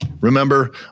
Remember